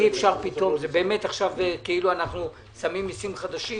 זה באמת כאילו אנחנו שמים מיסים חדשים,